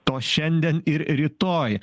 to šiandien ir rytoj